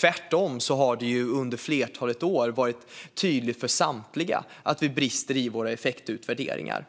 Det har tvärtom under ett flertal år varit tydligt för samtliga att det finns brister i våra effektutvärderingar.